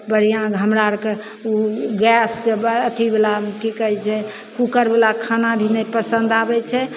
बढ़िआँ हमरा अरके गैसके अथीवला की कहय छै कूकरवला खाना भी नहि पसन्द आबय छै